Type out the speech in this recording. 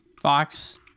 fox